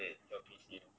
okay earpiece in